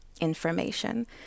Information